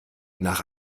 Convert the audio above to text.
nach